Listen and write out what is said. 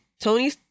Tony